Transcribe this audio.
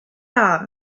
are